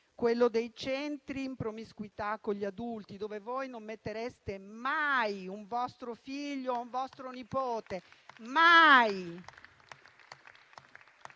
quello dei centri, in promiscuità con gli adulti, dove voi non mettereste mai un vostro figlio o un vostro nipote. Mai.